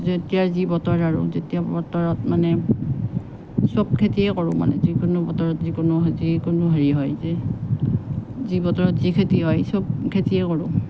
যেতিয়া যি বতৰ আৰু যি বতৰত মানে চব খেতিয়ে কৰোঁ মানে যিকোনো বতৰত যিকোনো যিকোনো হেৰি হয় দেই যি বতৰত যি খেতি হয় চব খেতিয়ে কৰোঁ